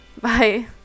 Bye